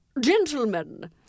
Gentlemen